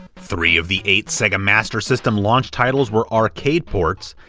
three of the eight sega master system launch titles were arcade ports,